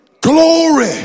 glory